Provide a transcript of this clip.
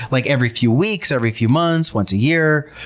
like every few weeks, every few months, once a year.